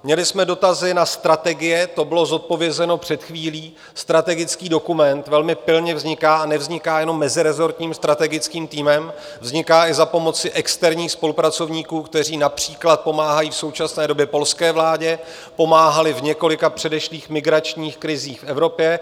Měli jsme dotazy na strategie, to bylo zodpovězeno před chvílí, strategický dokument velmi pilně vzniká, a nevzniká jenom meziresortním strategickým týmem, vzniká i za pomoci externích spolupracovníků, kteří například pomáhají v současné době polské vládě, pomáhali v několika předešlých migračních krizích v Evropě.